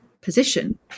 position